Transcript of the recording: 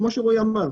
כמו שרואי אמר,